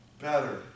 better